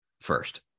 first